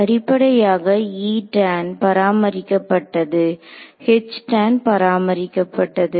அடிப்படையாக E tan பராமரிக்கப்பட்டது H tan பராமரிக்கப்பட்டது